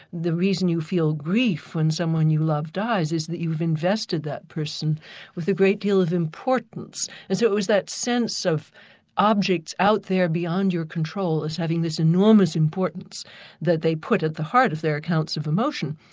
the reason you feel grief when someone you love dies, is that you've invested that person with a great deal of importance. and so it was that sense of objects out there beyond your control, as having this enormous importance that they put at the heart of their accounts of emotion.